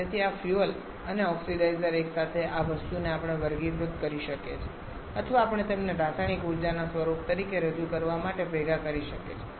તેથી આ ફ્યુઅલ અને ઓક્સિડાઇઝર એકસાથે આ વસ્તુને આપણે વર્ગીકૃત કરી શકીએ છીએ અથવા આપણે તેમને રાસાયણિક ઊર્જાના સ્વરૂપ તરીકે રજૂ કરવા માટે ભેગા કરી શકીએ છીએ